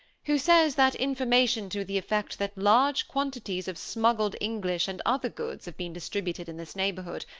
who says that information to the effect that large quantities of smuggled english and other goods have been distributed in this neighborhood,